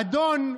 אדון,